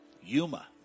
Yuma